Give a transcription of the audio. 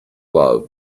love